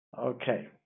Okay